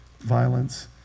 violence